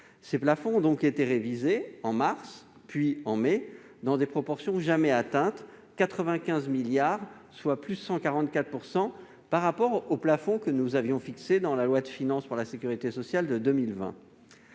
Ces plafonds ont donc été révisés en mars, puis en mai, dans des proportions jamais atteintes : 95 milliards d'euros, soit +144 % par rapport au plafond que nous avions fixé dans la loi de financement de la sécurité sociale pour 2020.